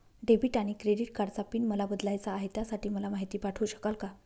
Debit आणि credit कार्डचा pin मला बदलायचा आहे, त्यासाठी मला माहिती पाठवू शकाल का?